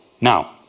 Now